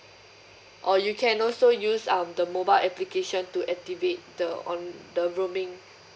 or you can also use um the mobile application to activate the on the roaming